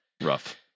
rough